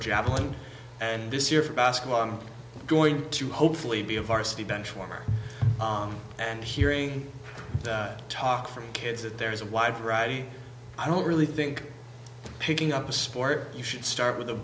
javelin and this year for basketball i'm going to hopefully be a varsity benchwarmer and hearing talk from kids that there is a wide variety i don't really think picking up a sport you should start with